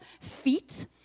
feet